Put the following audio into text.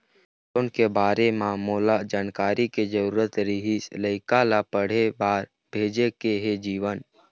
loan के बारे म मोला जानकारी के जरूरत रीहिस, लइका ला पढ़े बार भेजे के हे जीवन